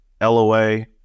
LOA